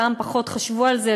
פעם פחות חשבו על זה,